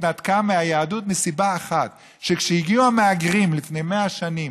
התנתקה מהיהדות מסיבה אחת: כשהגיעו המהגרים לפני 100 שנים